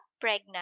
pregnant